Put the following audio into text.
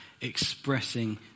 expressing